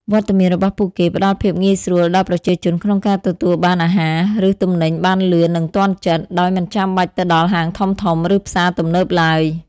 វត្តមានរបស់ពួកគេផ្តល់ភាពងាយស្រួលដល់ប្រជាជនក្នុងការទទួលបានអាហារ ឬទំនិញបានលឿន និងទាន់ចិត្ត ដោយមិនចាំបាច់ទៅដល់ហាងធំៗ ឬផ្សារទំនើបឡើយ ។